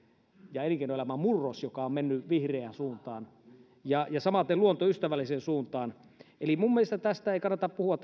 ja elinkeinoelämän murros joka on mennyt vihreään suuntaan ja samaten luontoystävälliseen suuntaan eli minun mielestäni tästä vouhottamisesta ei kannata puhua